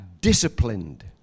Disciplined